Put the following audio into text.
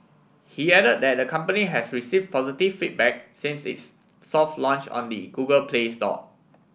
he added that the company has receive positive feedback since its soft launch on the Google Play Store